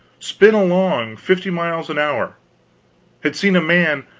spin along fifty miles an hour had seen a man,